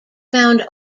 found